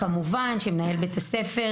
כמובן שמגיעים מנהל בית הספר,